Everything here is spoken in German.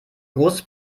großes